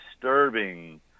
disturbing